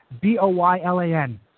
B-O-Y-L-A-N